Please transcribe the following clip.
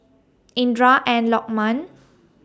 Indra and Lokman